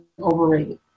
overrated